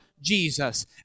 Jesus